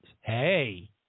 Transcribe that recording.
Hey